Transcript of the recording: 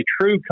true